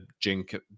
jink